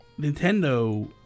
Nintendo